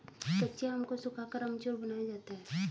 कच्चे आम को सुखाकर अमचूर बनाया जाता है